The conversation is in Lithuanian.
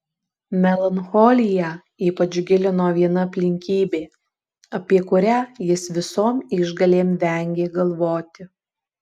melancholiją ypač gilino viena aplinkybė apie kurią jis visom išgalėm vengė galvoti